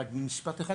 במשפט אחד,